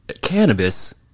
Cannabis